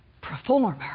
performer